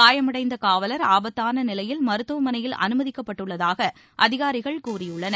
காயமடைந்த காவலர் ஆபத்தான நிலையில் மருத்துவமனையில் அனுமதிக்கப்பட்டுள்ளதாக அதிகாரிகள் கூறியுள்ளனர்